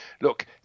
Look